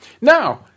Now